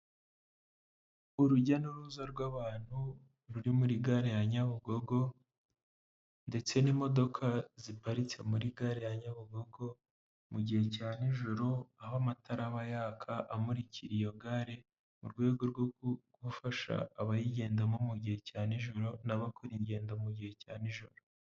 Urujya n'uruza rw'abantu ruri muri gare ya Nyabugogo ndetse n'imodoka ziparitse muri gare ya Nyabugogo mu gihe cya nijoro, aho amatara aba yaka amurikira iyo gare mu rwego rwo gufasha abayigendamo mu gihe cya nijoro n'abakora ingendo mu gihe cya nijoro.